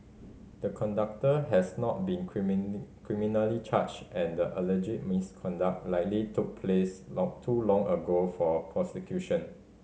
the conductor has not been criminally charged and the alleged misconduct likely took place long too long ago for prosecution